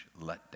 letdown